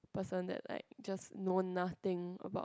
personate like just known nothing about